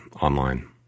online